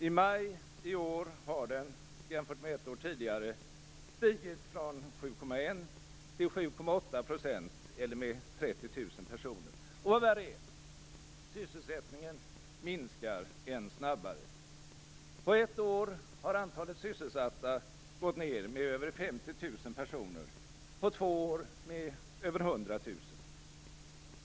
I maj i år har den, jämfört med ett år tidigare, stigit från 7,1 till 7,8 % eller med 30 000 personer. Vad värre är - sysselsättningen minskar än snabbare. På ett år har antalet sysselsatta gått ner med över 50 000 personer, på två år med över 100 000.